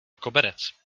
koberec